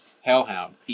Hellhound